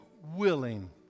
willing